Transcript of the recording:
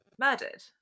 murdered